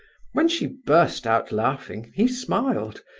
when she burst out laughing, he smiled,